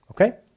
Okay